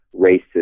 racist